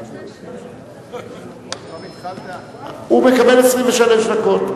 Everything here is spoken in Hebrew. עכשיו לדיון הכללי,